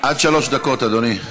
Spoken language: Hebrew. עד שלוש דקות, אדוני.